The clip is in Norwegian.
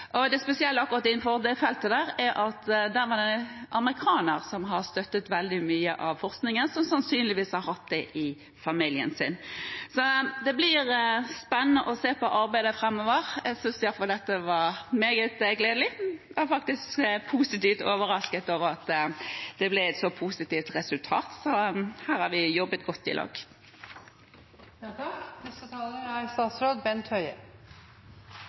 Det spesielle innenfor akkurat dette feltet er at det er en amerikaner som har støttet veldig mye av forskningen, og som sannsynligvis har hatt sykdom i familien sin. Det blir spennende å se på arbeidet framover. Jeg synes i alle fall dette var meget gledelig. Jeg er faktisk overrasket over at det ble et så positivt resultat, så her har vi jobbet godt i lag.